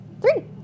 Three